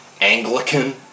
Anglican